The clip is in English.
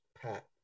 Pat